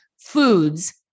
foods